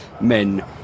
men